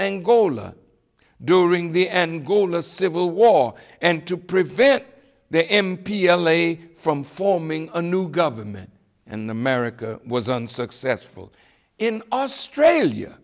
angola during the end goal a civil war and to prevent the m p l a from forming a new government and america was unsuccessful in australia